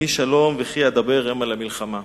אני שלום וכי אדבר המה למלחמה".